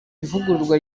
ivugururwa